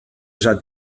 già